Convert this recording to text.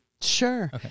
Sure